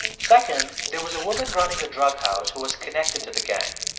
second, there was a woman running a drug house who was connected to the gang.